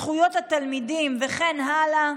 זכויות התלמידים וכן הלאה.